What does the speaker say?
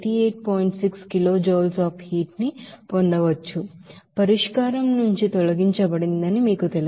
6 kilo Joules of heat ని పొందవచ్చు పరిష్కారం నుండి తొలగించబడిందని మీకు తెలుసు